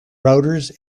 routers